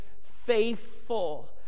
faithful